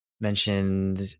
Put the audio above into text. mentioned